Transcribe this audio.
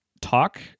talk